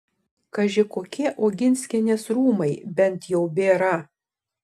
kaži kokie oginskienės rūmai bent jau bėra